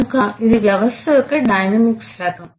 కనుక ఇది వ్యవస్థ యొక్క డైనమిక్స్ రకం